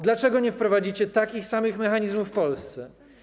Dlaczego nie wprowadzicie takich samych mechanizmów w Polsce?